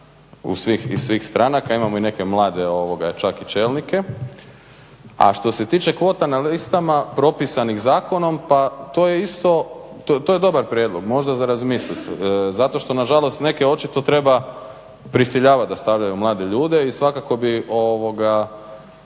nego iz svih stranaka. Imamo i neke mlade čak i čelnike. A što se tiče kvota na listama propisanih zakonom, pa to je isto, to je dobar prijedlog možda za razmisliti. Zato što na žalost neke očito treba prisiljavati da stavljaju mlade ljude i svakako bi možda